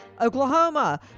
Oklahoma